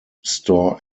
store